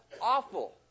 awful